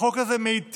החוק הזה מיטיב